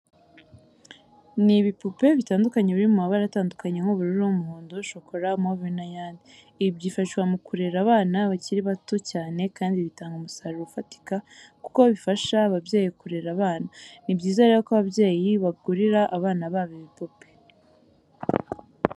Ni ibipupe bitandukanye biri mu mabara atandukanye nk'ubururu, umuhondo, shokora, move n'ayandi. Ibi byifashishwa mu kurera abana bakiri bato cyane kandi bitanga umusaruro ufatika kuko bifasha babyeyi kurere abana, ni byiza rero ko abayeyi bagurira abana babo ibi bipupe.